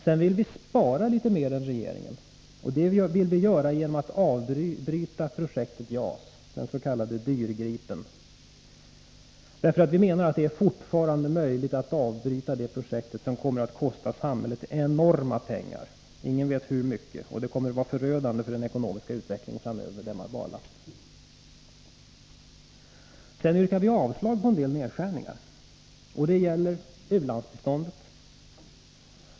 Sedan vill vi spara litet mer än regeringen genom att avbryta projektet JAS, dens.k. dyrgripen. Vi menar att det fortfarande är möjligt att avbryta det projektet, som kommer att kosta samhället enorma pengar — ingen vet hur mycket. Men denna barlast kommer att vara förödande för den ekonomiska utvecklingen framöver. Sedan yrkar vi avslag på en del föreslagna nedskärningar. Det gäller t.ex. u-landsbiståndet.